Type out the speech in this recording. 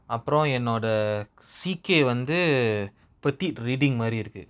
அப்ரோ என்னோட:apro ennoda C_K வந்து:vanthu petite reading மாரி இருக்கு:maari iruku